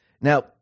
Now